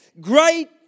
great